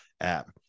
app